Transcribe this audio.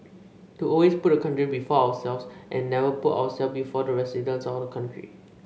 to always put the country before ourselves and never put ourselves before the residents or the country